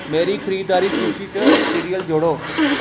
मेरी खरीदारी सूची च सीरियल जोड़ो